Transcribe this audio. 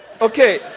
Okay